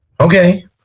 Okay